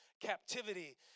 captivity